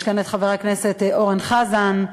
ישנו כאן חבר הכנסת אורן חזן,